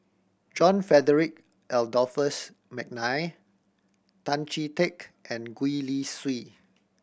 John Frederick Adolphus McNair Tan Chee Teck and Gwee Li Sui